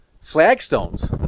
flagstones